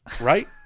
Right